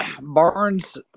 Barnes